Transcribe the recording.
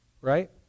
Right